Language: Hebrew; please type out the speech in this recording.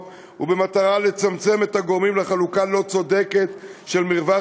ובמטרה לצמצם את הגורמים לחלוקה לא צודקת של מרווח